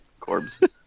Corbs